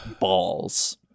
balls